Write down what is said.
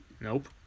Nope